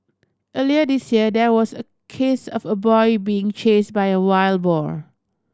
earlier this year there was a case of a boy being chased by a wild boar